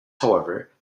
however